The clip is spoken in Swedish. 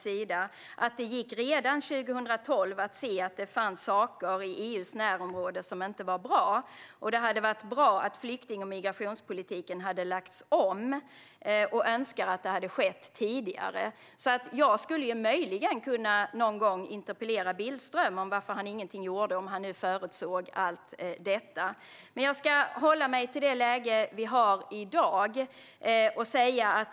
Redan 2012 gick det att se att det fanns saker i EU:s närområde som inte var bra. Det hade varit bra om flykting och migrationspolitiken hade lagts om, och Tobias Billström önskar att det hade skett tidigare. Jag skulle möjligen kunna interpellera Billström om varför han ingenting gjorde, om han nu förutsåg allt detta. Men jag ska hålla mig till det läge som vi har i dag.